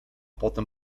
potem